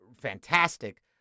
fantastic